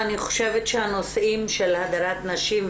אני חושבת שהנושאים של הדרת נשים,